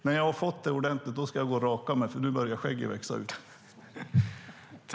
När jag har fått det ska jag gå och raka mig, för nu börjar skägget växa ut.